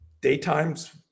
Daytimes